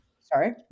Sorry